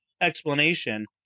explanation